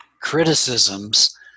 criticisms